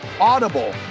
Audible